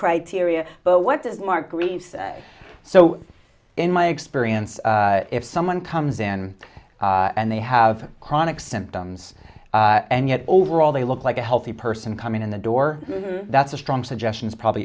criteria but what does mark please so in my experience if someone comes in and they have chronic symptoms and yet overall they look like a healthy person coming in the door that's a strong suggestion is probably